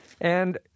and-